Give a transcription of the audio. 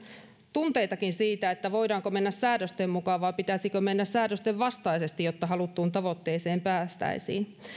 tunteitakin siitä voidaanko mennä säädösten mukaan vai pitäisikö mennä säädösten vastaisesti jotta haluttuun tavoitteeseen päästäisiin